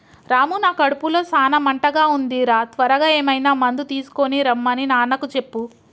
రాము నా కడుపులో సాన మంటగా ఉంది రా త్వరగా ఏమైనా మందు తీసుకొనిరమన్ని నాన్నకు చెప్పు